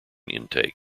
intake